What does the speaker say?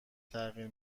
تغییر